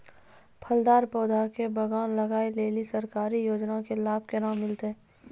फलदार पौधा के बगान लगाय लेली सरकारी योजना के लाभ केना मिलै छै?